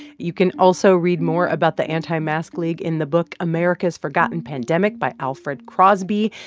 you can also read more about the anti-mask league in the book america's forgotten pandemic by alfred crosby.